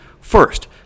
First